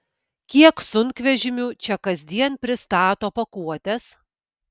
kiek sunkvežimių čia kasdien pristato pakuotes